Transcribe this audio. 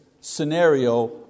scenario